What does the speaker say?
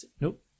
nope